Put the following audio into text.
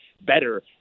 better